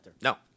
No